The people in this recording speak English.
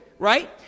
Right